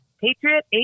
patriot